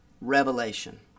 revelation